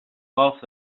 golf